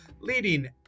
leading